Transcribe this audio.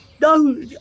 No